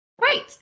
Great